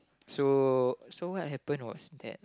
so so what happen was that